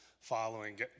following